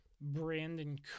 Brandon